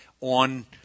on